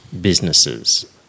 businesses